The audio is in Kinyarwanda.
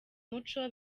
muco